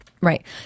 right